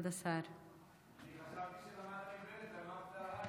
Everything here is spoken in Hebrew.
הוא לא למד מבנט,